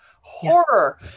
horror